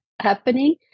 happening